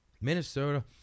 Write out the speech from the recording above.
Minnesota